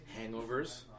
hangovers